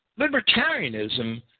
libertarianism